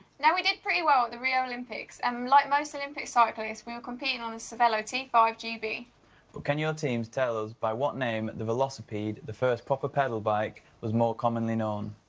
now, we did pretty well at the rio olympics. and like most olympic cyclists, we were competing on a cervelo t five g b. but can your teams tell us by what name the velocipede, the first proper pedal bike, was more commonly known?